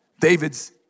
David's